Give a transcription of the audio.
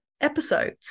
episodes